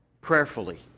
prayerfully